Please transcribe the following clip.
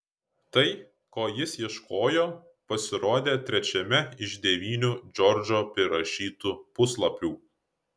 tai ko jis ieškojo pasirodė trečiame iš devynių džordžo prirašytų puslapių